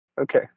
Okay